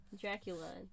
dracula